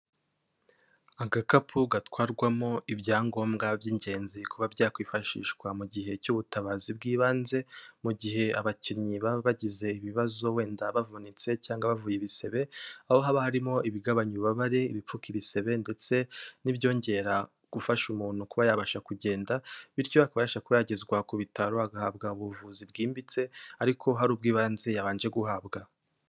Agakapu gatwarwamo ibyangombwa by'ingenzi kuba byakwifashishwa mu gihe cy'ubutabazi bw'ibanze, mu gihe abakinnyi baba bagize ibibazo wenda bavunitse, cyangwa bavuye ibisebe, aho haba harimo ibigabanya ububabare, ibipfuka ibisebe, ndetse n'ibyongera gufasha umuntu kuba yabasha kugenda, bityo akaba yabasha kuba yagezwa ku bitaro, agahabwa ubuvuzi bwimbitse, ariko hari ubw'ibanze yabanje guhabwa.